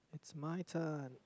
it's my turn